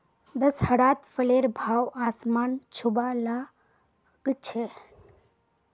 दशहरात फलेर भाव आसमान छूबा ला ग छेक